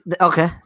Okay